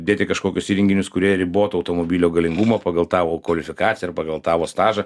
dėti kažkokius įrenginius kurie ribotų automobilio galingumą pagal tavo kvalifikaciją ar pagal tavo stažą